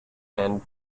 and